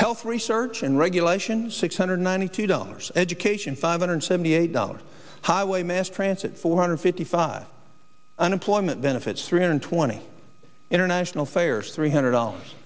health research and regulation six hundred ninety two dollars education five hundred seventy eight dollars highway mass transit four hundred fifty five unemployment benefits three hundred twenty international faiers three hundred dollars